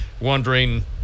wondering